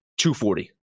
240